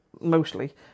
mostly